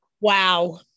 Wow